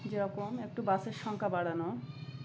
যেরকম একটু বাসের সংখ্যা বাড়ানো